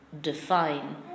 define